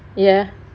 ya